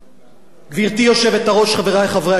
גברתי היושבת-ראש, חברי חברי הכנסת,